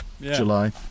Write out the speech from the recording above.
July